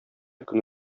көн